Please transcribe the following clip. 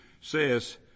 says